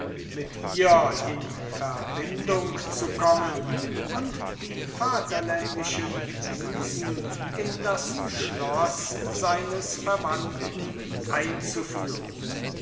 mit ihr in verbindung zu kommen und die vaterländischen musen in das schloß seines verwandten einzuführen